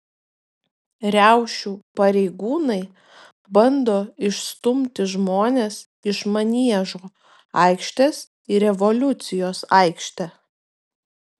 riaušių pareigūnai bando išstumti žmones iš maniežo aikštės į revoliucijos aikštę